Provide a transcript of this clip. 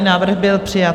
Návrh byl přijat.